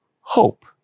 hope